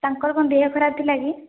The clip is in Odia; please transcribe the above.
ତାଙ୍କର କ'ଣ ଦେହ ଖରାପ ଥିଲା କି